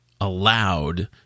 allowed